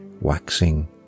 Waxing